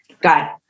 got